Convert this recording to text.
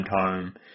home